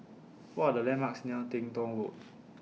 What Are The landmarks near Teng Tong Road